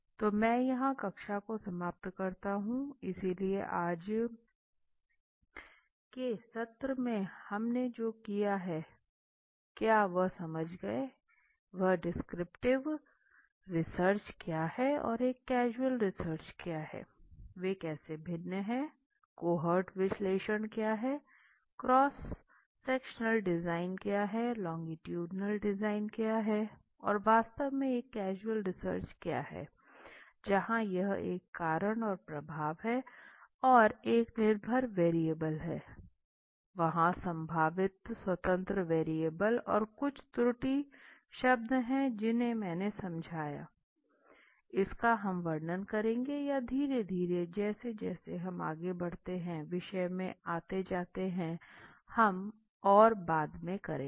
तो मैं यहां कक्षा को समाप्त करता हूं इसलिए आज हमने सत्र में जो किया है क्या हम समझ गए हैं कि वह डिस्क्रिप्टिव रिसर्च क्या है और एक कैजुअल रिसर्च क्या है वे कैसे भिन्न है कोहऑर्ट विश्लेषण क्या है क्रॉस सेक्शनल डिज़ाइन क्या है लोंगिट्युडिनल डिजाइन क्या है और वास्तव में एक कैजुअल रिसर्च क्या है जहां यह एक कारण और प्रभाव है और एक निर्भर वेरिएबल है वहां संभावित स्वतंत्र वेरिएबल और कुछ त्रुटि शब्द हैं जिन्हें मैंने समझाया है जिसका हम वर्णन करेंगे या धीरे धीरे जैसे जैसे हम आगे बढ़ते हैं विषय में आते जाते हैं और हम बाद में करेंगे